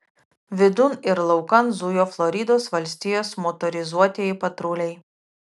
vidun ir laukan zujo floridos valstijos motorizuotieji patruliai